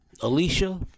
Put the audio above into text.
Alicia